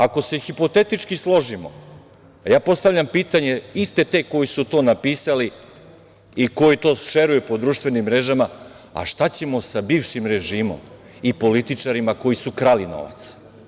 Ako se hipotetički složimo, a ja postavljam pitanje, iste te koji su to napisali i koji to šeruju po društvenim mrežama, a šta ćemo sa bivšim režimom i političarima koji su krali novac?